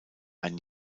ein